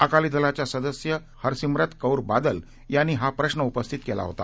अकाली दलाच्या सदस्य हरसिमरत कौर बादल यांनी हा प्रश्र उपस्थित केला होता